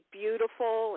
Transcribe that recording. beautiful